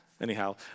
Anyhow